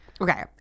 Okay